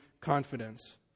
confidence